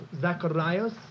Zacharias